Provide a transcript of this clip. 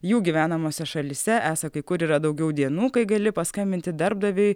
jų gyvenamose šalyse esą kai kur yra daugiau dienų kai gali paskambinti darbdaviui